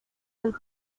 del